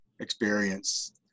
experience